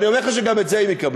ואני אומר לך שגם את זה הם יקבלו.